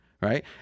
right